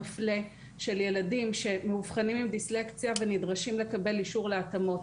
מפלה של ילדים שמאובחנים עם דיסלקציה ונדרשים לקבל אישור להתאמות.